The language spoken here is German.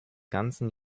ganzen